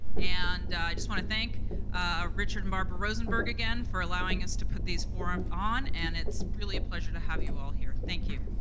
and i just want to thank ah richard and barbara rosenberg again for allowing us to put these forums on and it's really a pleasure to have you all here. thank you.